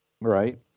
Right